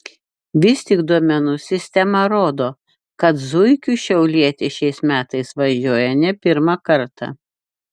vis tik duomenų sistema rodo kad zuikiu šiaulietis šiais metais važiuoja ne pirmą kartą